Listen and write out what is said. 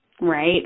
Right